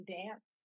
dance